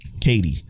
Katie